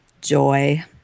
joy